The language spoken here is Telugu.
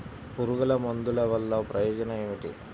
పురుగుల మందుల వల్ల ప్రయోజనం ఏమిటీ?